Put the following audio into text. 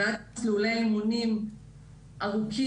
ועד מסלולי אימונים ארוכים,